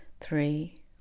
three